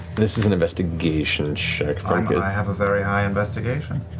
this is an investigation check, frumpkin very high investigation.